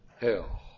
hell